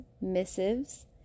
missives